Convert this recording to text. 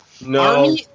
No